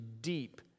deep